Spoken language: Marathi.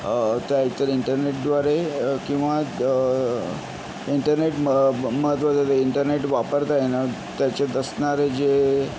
त्या एकतर इंटरनेटद्वारे किंवा इंटरनेट म महत्वाचं तर इंटरनेट वापरता येणं त्याच्यात असणारे जे